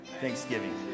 Thanksgiving